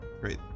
Great